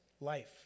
life